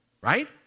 right